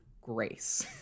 Grace